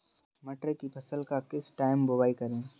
मटर की फसल का किस टाइम बुवाई करें?